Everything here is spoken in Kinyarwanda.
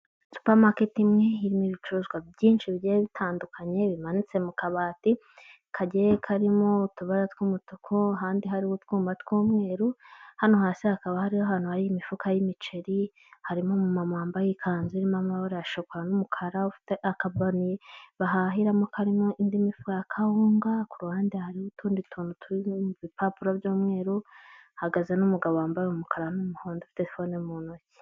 Supamaketi imwe, irimo ibicuruzwa byinshi bigiye bitandukanye, bimanitse mu kabati, kagiye karimo utubara tw'umutuku, ahandi hariho utwuma tw'umweru, hano hasi hakaba hariho ahantu hari imifuka y'imiceri, harimo umumama wambaye ikanzu irimo amabara ya shakora n'umukara, ufite akabaniye bahahiramo karimo indi mifuka ya kawunga, ku ruhande hariho utundi tuntu turi mu bipapuro by'umweru, hahagaze n'umugabo wambaye umukara n'umuhondo, ufite fone mu ntoki.